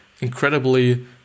incredibly